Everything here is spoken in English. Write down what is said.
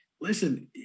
listen